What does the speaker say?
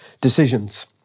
decisions